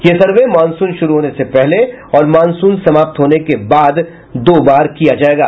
ये survey monsoon शुरू होने से पहले और मॉनसून समाप्त होने के बाद दो बार किया जायेगा